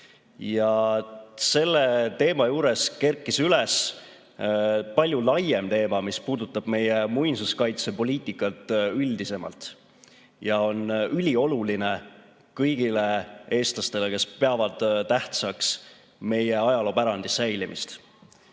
Selle teema juures kerkis üles palju laiem teema, mis puudutab meie muinsuskaitsepoliitikat üldisemalt ja on ülioluline kõigile eestlastele, kes peavad tähtsaks meie ajaloopärandi säilimist